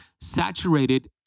saturated